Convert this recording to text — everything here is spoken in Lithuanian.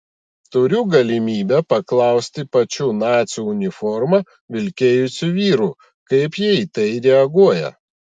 turiu galimybę paklausti pačių nacių uniformą vilkėjusių vyrų kaip jie į tai reaguoja